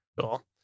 Cool